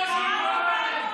לא היה לכם כזה,